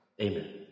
Amen